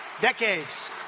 decades